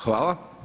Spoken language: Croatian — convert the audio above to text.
Hvala.